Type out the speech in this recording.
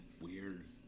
weird